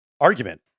argument